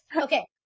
Okay